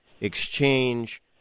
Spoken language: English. exchange